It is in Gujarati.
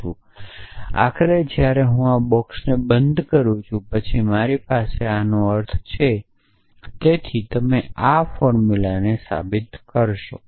પછી આખરે જ્યારે હું આ બોક્સને બંધ કરું છું પછી મારી પાસે આ છે તેથી તમે આ ફોર્મુલાને સાબિત કરશો